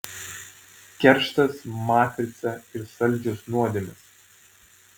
kerštas matrica ir saldžios nuodėmės